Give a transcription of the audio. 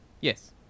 Yes